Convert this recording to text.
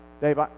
Dave